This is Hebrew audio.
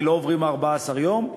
כי לא יעברו 14 יום.